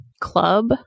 club